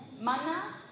mana